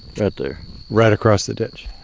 right there right across the ditch?